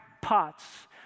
pots